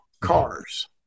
cars